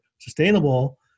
sustainable